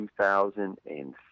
2003